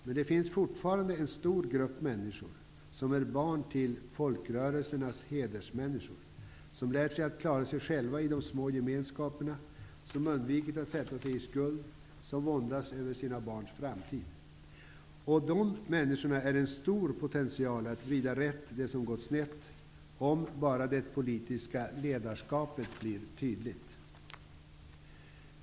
Men det finns fortfarande en stor grupp människor som är barn till folkrörelsernas hedersmänniskor, som har lärt sig att klara sig själva i de små gemen skaperna, som har undvikit att sätta sig i skuld, som våndas över sina barns framtid. Dessa männi skor utgör en stor potential när det gäller att vrida rätt det som har gått snett, om bara det politiska ledarskapet blir tydligt.